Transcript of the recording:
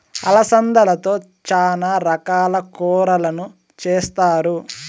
అలసందలతో చానా రకాల కూరలను చేస్తారు